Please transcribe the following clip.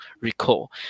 recall